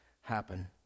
happen